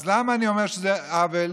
אז למה אני אומר שזה עוול?